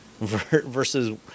versus